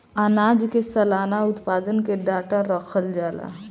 आनाज के सलाना उत्पादन के डाटा रखल जाला